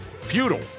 Feudal